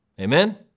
amen